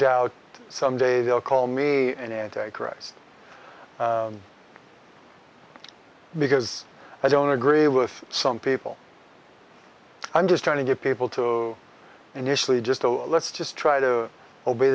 doubt some day they'll call me an anti christ because i don't agree with some people i'm just trying to get people to initially just oh let's just try to obey